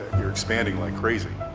you're expanding like crazy.